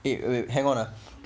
hang on ah